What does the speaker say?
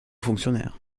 fonctionnaire